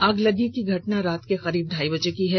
आगलगी की घटना रात के करीब ढ़ाई बजे की है